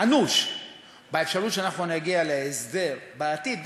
אנוש באפשרות שאנחנו נגיע להסדר בעתיד,